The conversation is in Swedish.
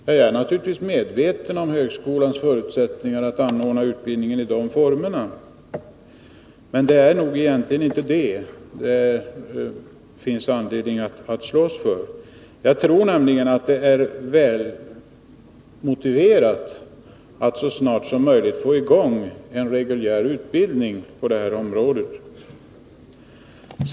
Jag är naturligtvis medveten om högskolans förutsättningar att anordna utbildningen i den formen, men det är egentligen inte det som det finns anledning att slåss för. Jag tror nämligen att det är välmotiverat att så snart som möjligt få i gång en reguljär utbildning på detta område.